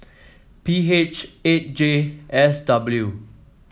P H eight J S W